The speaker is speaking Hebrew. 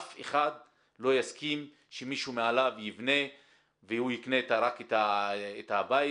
אף אחד לא יסכים שמישהו מעליו יבנה והוא יקנה רק את הבית.